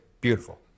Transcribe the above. Beautiful